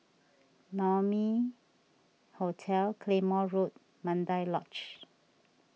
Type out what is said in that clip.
Naumi Hotel Claymore Road Mandai Lodge